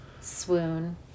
Swoon